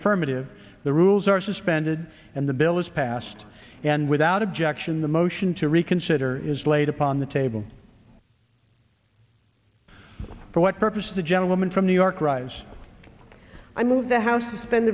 affirmative the rules are suspended and the bill is passed and without objection the motion to reconsider is laid upon the table for what purpose the gentleman from new york rise i move the house to spend